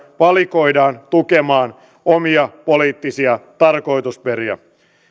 valikoidaan tukemaan omia poliittisia tarkoitusperiä